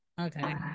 okay